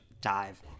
dive